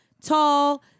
tall